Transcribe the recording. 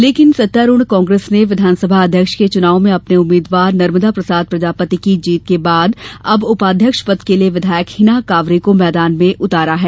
लेकिन सत्तारूढ़ कांग्रेस ने विधानसभा अध्यक्ष के च्नाव में अपने उम्मीदवार नर्मदा प्रसाद प्रजापति की जीत के बाद अब उपाध्यक्ष पद के लिए विधायक हिना कांवरे को मैदान में उतारा है